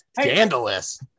scandalous